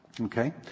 Okay